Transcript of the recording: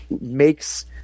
makes